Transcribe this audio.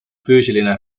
füüsiline